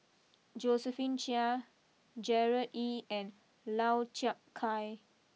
Josephine Chia Gerard Ee and Lau Chiap Khai